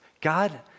God